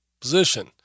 position